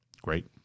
Great